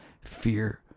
Fear